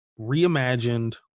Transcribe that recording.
reimagined